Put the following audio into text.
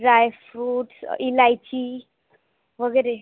dry fruits इलायची वगैरे